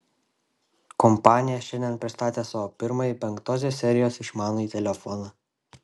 kompanija šiandien pristatė savo pirmąjį penktosios serijos išmanųjį telefoną